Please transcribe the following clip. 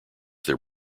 their